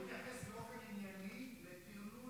תתייחס באופן ענייני לטרלול,